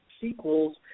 sequels